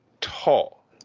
tall